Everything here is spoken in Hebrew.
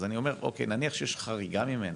נניח ויש חריגה ממנה,